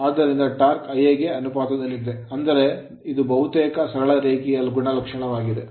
ಆದ್ದರಿಂದ torque torque Ia ಗೆ ಅನುಪಾತದಲ್ಲಿದೆ ಅಂದರೆ ಇದು ಬಹುತೇಕ ಸರಳ ರೇಖೆಯ ಗುಣಲಕ್ಷಣವಾಗಿದೆ